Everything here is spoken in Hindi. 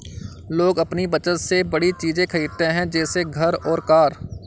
लोग अपनी बचत से बड़ी चीज़े खरीदते है जैसे घर और कार